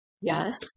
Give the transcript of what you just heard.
Yes